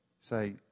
Say